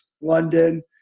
London